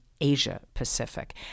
Asia-Pacific